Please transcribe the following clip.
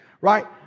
right